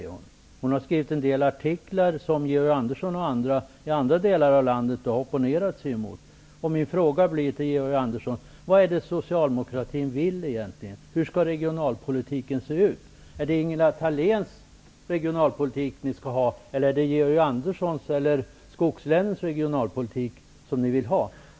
Hon har skrivit en del artiklar, som Georg Andersson och flera personer i andra delar av landet har opponerat sig emot. Min fråga till Georg Anderson blir: Vad är det socialdemokratin vill egentligen? Hur skall regionalpolitiken se ut? Är det Ingela Thaléns regionalpolitik ni skall ha? Eller är det Georg Anderssons, eller skogslänens?